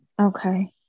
okay